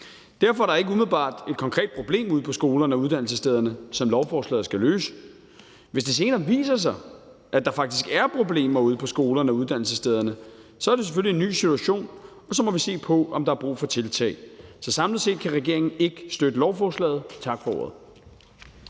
Derfor er der ikke umiddelbart et konkret problem ude på skolerne og uddannelsesstederne, som lovforslaget skal løse. Hvis det senere viser sig, at der faktisk er problemer ude på skolerne og uddannelsesstederne, så er det selvfølgelig en ny situation, og så må vi se på, om der er brug for tiltag. Så samlet set kan regeringen ikke støtte lovforslaget. Tak for ordet.